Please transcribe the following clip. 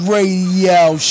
Radio